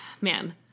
man